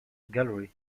gallery